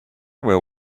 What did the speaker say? will